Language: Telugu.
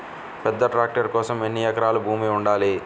పెద్ద ట్రాక్టర్ కోసం ఎన్ని ఎకరాల భూమి ఉండాలి?